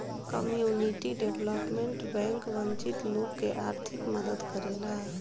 community development bank वंचित लोग के आर्थिक मदद करेला